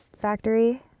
Factory